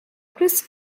chris